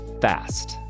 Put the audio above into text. fast